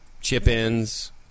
chip-ins